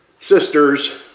Sisters